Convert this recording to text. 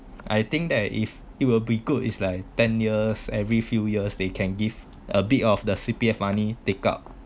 I think that if it will be good is like ten years every few years they can give a bit of the C_P_F money take out